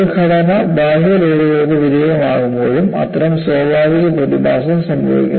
ഒരു ഘടന ബാഹ്യ ലോഡുകൾക്ക് വിധേയമാകുമ്പോഴും ഒരുതരം സ്വാഭാവിക പ്രതിഭാസം സംഭവിക്കുന്നു